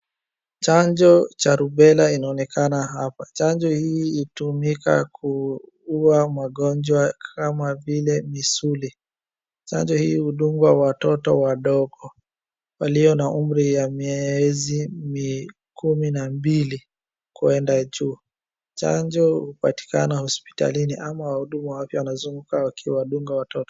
Chanjo cha rubela inaonekana hapa. Chanjo hii hutumika kuua magonjwa kama vile misuli, chanjo hii hudungwa watoto wadogo walio na umri ya miezi kumi na mbili kwenda juu. Chanjo hupatikana hospitalini ama wahudumu wa afya wanazunguka wakiwadunga watoto.